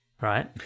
right